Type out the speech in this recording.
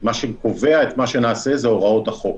ומה שקובע את מה שנעשה זה הוראות החוק.